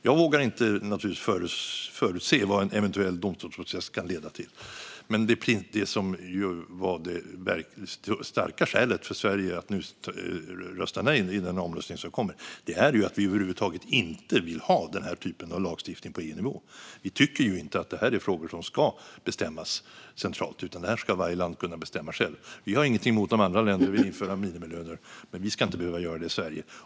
Jag vågar givetvis inte förutse vad en eventuell domstolsprocess kan leda till, men det starka skälet för Sverige att rösta nej är att vi över huvud taget inte vill ha denna typ av lagstiftning på EU-nivå. Det här är inte frågor som ska bestämmas centralt, utan här ska varje land kunna bestämma självt. Vi har inget emot att andra länder inför minimilöner, men Sverige ska inte behöva göra det.